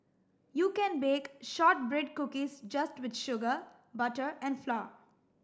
you can bake shortbread cookies just with sugar butter and flour